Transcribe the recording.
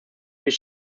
viel